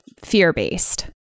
Fear-based